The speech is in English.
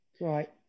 right